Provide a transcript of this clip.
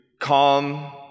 calm